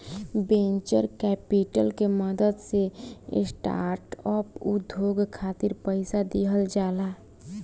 venture capital के मदद से स्टार्टअप उद्योग खातिर पईसा दिहल जाला